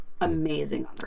Amazing